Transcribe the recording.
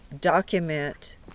document